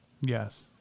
Yes